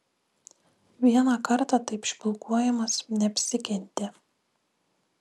vieną kartą taip špilkuojamas neapsikentė